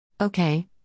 Okay